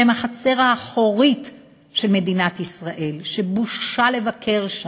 שהם החצר האחורית של מדינת ישראל, שבושה לבקר שם,